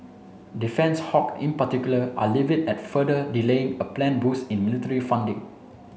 defence hawk in particular are livid at further delaying a planned boost in military funding